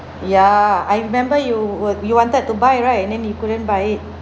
ya I remember you would you wanted to buy right and then you couldn't buy it